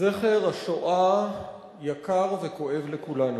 זכר השואה יקר וכואב לכולנו.